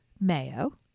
mayo